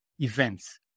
events